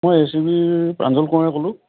মই এএছইবিৰ প্ৰাঞ্জল কোঁৱৰে ক'লোঁ